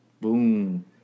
Boom